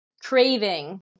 craving